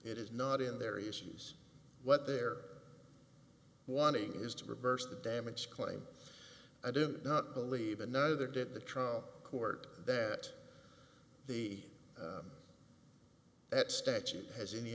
it is not in their issues what they're wanting is to reverse the damage claim i do not believe and neither did the trial court that the that statute has any